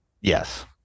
Yes